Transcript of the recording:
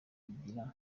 kugira